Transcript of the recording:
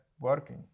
working